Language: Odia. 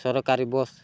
ସରକାରୀ ବସ୍